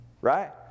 Right